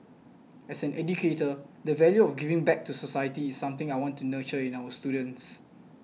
as an educator the value of giving back to society is something I want to nurture in our students